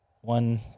one